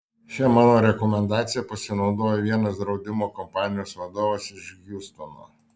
šia mano rekomendacija pasinaudojo vienas draudimo kompanijos vadovas iš hjustono